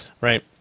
right